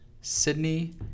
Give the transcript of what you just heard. Sydney